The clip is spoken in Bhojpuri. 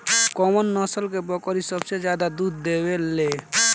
कउन नस्ल के बकरी सबसे ज्यादा दूध देवे लें?